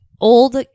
old